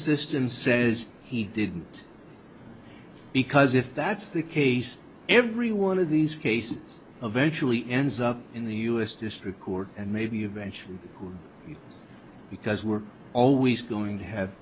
system says he didn't because if that's the case every one of these cases eventual he ends up in the u s district court and maybe eventually because we're always going to have